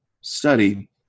study